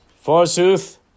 Forsooth